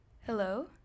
Hello